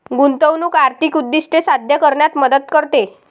गुंतवणूक आर्थिक उद्दिष्टे साध्य करण्यात मदत करते